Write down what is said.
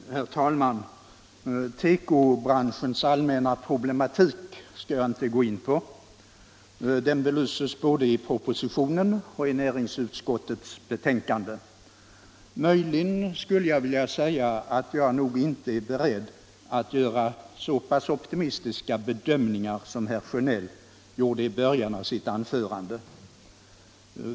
Herr talman! Tekobranschens allmänna problematik skall jag inte gå in på. Den belyses både i propositionen och i näringsutskottets betänkande. Möjligen skulle jag vilja säga att jag nog inte är beredd att göra så pass optimistiska bedömningar som herr Sjönell gjorde i början av sitt anförande.